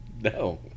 No